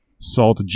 salt